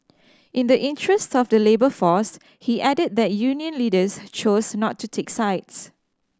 in the interest of the labour force he added that union leaders chose not to take sides